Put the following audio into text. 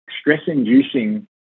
stress-inducing